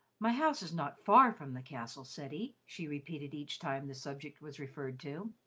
my house is not far from the castle, ceddie, she repeated each time the subject was referred to,